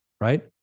right